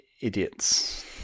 idiots